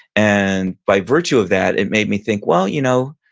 and by virtue of that it made me think, well you know,